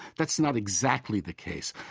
that's not exactly the case.